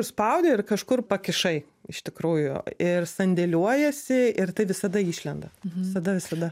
užspaudi ir kažkur pakišai iš tikrųjų ir sandėliuojasi ir tai visada išlenda visada visada